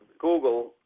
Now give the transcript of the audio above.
Google